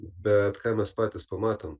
bet ką mes patys pamatėm